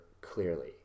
clearly